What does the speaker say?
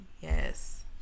Yes